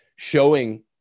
showing